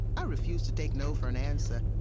i refuse to take no for an answer.